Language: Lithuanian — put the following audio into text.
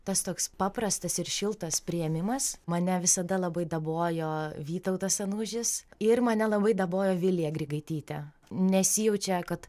tas toks paprastas ir šiltas priėmimas mane visada labai dabojo vytautas anužis ir mane labai dabojo vilija grigaitytė nesijaučia kad